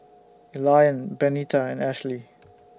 Elian Benita and Ashly